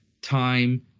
time